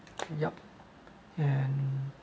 yup and mm